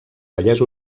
vallès